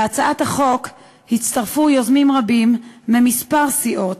להצעת החוק הצטרפו יוזמים רבים מכמה סיעות: